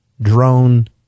drone